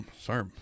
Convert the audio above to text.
Sorry